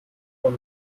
von